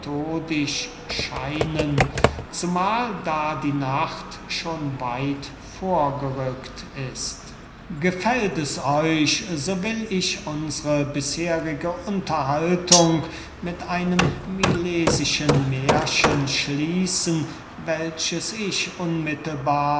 scheinen zumahl da die nacht schon weit vorgerückt ist gefällt es euch so will ich unsre bisherige unterhaltung mit einem milesischen mährchen schließen welches ich unmittelbar